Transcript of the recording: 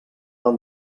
del